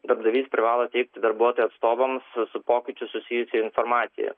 darbdavys privalo teikti darbuotojų atstovams su pokyčiu susijusią informaciją